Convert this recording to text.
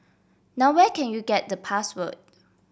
now where can you get the password